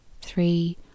three